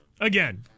again